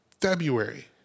February